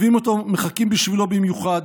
מחכים בשבילו במיוחד,